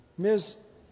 Ms